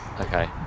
Okay